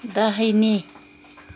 दाहिने